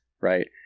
right